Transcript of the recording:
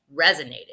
resonated